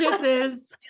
Kisses